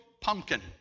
pumpkin